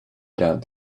doubt